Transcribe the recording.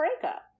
breakup